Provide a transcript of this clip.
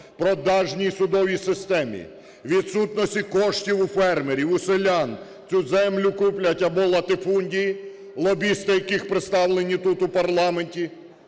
продажній судовій системі, відсутності коштів у фермерів, у селян цю землю куплять або латифундії, лобісти, які представлені тут, у парламенті,